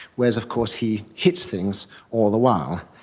whereas of course he hits things all the while.